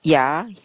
ya